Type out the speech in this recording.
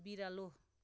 बिरालो